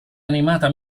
animata